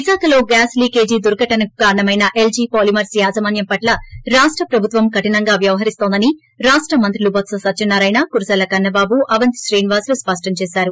విశాఖలో gas leakage దుర్ఘటనకు కారణమైన ఎల్లీ పాలిమర్స్ యాజమాన్యం పట్ల రాష్ట ప్రభుత్వం కరినంగానే వ్యవహరిస్తోందని రాష్ట మంత్రులు అళ్ల నాని బొత్స సత్యనారాయణ్ల కురసాల కన్నబాబు అవంతి శ్రీనివాస్ స్పష్టం చేశారు